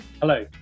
Hello